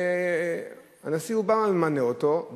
והנשיא אובמה ממנה אותו.